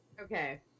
Okay